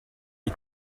des